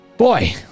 Boy